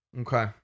Okay